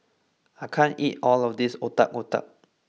I can't eat all of this Otak Otak